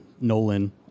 Nolan